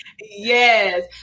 Yes